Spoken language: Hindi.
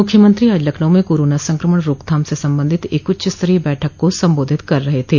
मुख्यमंत्री आज लखनऊ में कोरोना संक्रमण रोकथाम से संबंधित एक उच्चस्तरीय बैठक को संबोधित कर रहे थे